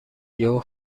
یهو